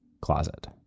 closet